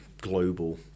global